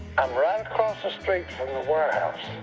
i'm right across the street from the warehouse.